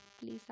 Please